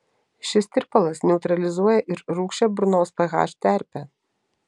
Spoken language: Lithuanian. šis tirpalas neutralizuoja ir rūgščią burnos ph terpę